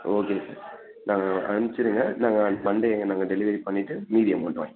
okay sir நாங்கள் அமிச்சிருங்க நாங்கள் மண்டே நாங்கள் டெலிவரி பண்ணிட்டு மீதி அமௌண்ட் வாங்கிக்கிறோம்